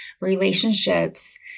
relationships